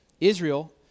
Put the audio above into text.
Israel